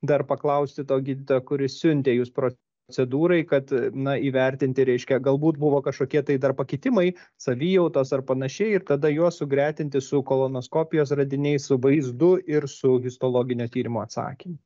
dar paklausti to gydytojo kuris siuntė jus procedūrai kad na įvertinti reiškia galbūt buvo kažkokie tai dar pakitimai savijautos ar panašiai ir tada juos sugretinti su kolonoskopijos radiniais su vaizdu ir su histologinio tyrimo atsakymu